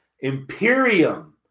Imperium